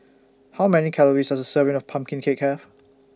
How Many Calories Does A Serving of Pumpkin Cake Have